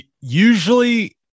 usually –